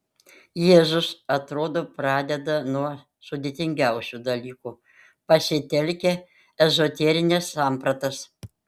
jėzus atrodo pradeda nuo sudėtingiausių dalykų pasitelkia ezoterines sampratas